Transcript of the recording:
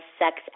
sex